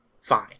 fine